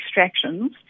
extractions